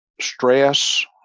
stress